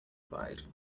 side